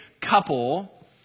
couple